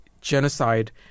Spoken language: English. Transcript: genocide